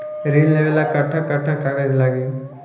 ऋण लेवेला कट्ठा कट्ठा कागज लागी?